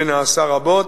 שנעשה רבות,